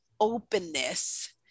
openness